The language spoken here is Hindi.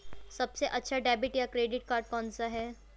सबसे अच्छा डेबिट या क्रेडिट कार्ड कौन सा है?